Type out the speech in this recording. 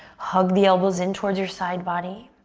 hug the elbows in towards your side body,